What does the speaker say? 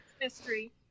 mystery